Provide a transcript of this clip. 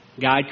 God